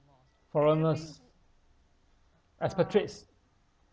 foreigners expatriates